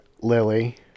Lily